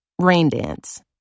Raindance